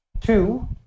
two